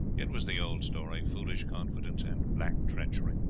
it was the old story, foolish confidence and black treachery.